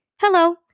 Hello